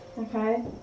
Okay